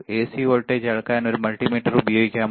AC voltage അളക്കാൻ ഒരു multimeter ഉപയോഗിക്കാമോ